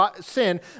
sin